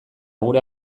gure